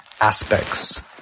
aspects